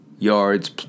Yards